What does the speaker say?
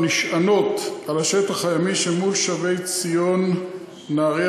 הנשענות על השטח הימי שמול שבי-ציון נהריה,